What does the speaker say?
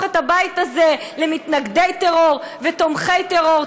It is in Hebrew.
את הבית הזה למתנגדי טרור ותומכי טרור,